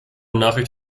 nachricht